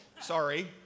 sorry